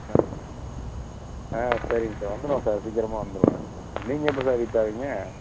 ஆ ஆ சரிங்க சார் வந்துருவேன் சார் சீக்கிரமாக வந்துருவேன் நீங்கள் எப்போ சார் ரீச் ஆகுங்க